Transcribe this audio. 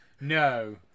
No